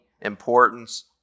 importance